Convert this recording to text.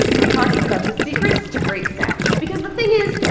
we're talking about the secrets to great sound because the thing is,